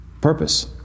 purpose